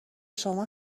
شما